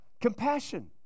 Compassion